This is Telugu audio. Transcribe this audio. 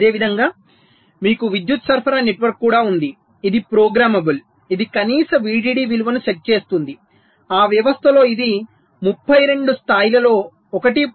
అదేవిధంగా మీకు విద్యుత్ సరఫరా నెట్వర్క్ కూడా ఉంది ఇది ప్రోగ్రామబుల్ ఇది కనీస VDD విలువను సెట్ చేస్తుంది ఆ వ్యవస్థలో ఇది 32 స్థాయిలలో 1